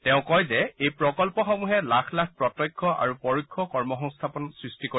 তেওঁ কয় যে এই প্ৰকল্পসমূহে লাখ লাখ প্ৰত্যক্ষ আৰু পৰোক্ষ কৰ্মসংস্থাপনৰ সৃষ্টি কৰিব